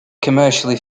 commercially